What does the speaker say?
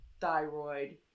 thyroid